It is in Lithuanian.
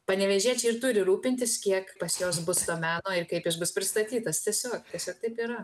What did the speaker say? panevėžiečiai ir turi rūpintis kiek pas juos bus to meto ir kaip jis bus pristatytas tiesiog tiesiog taip yra